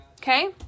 Okay